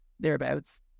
thereabouts